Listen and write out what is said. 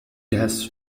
tests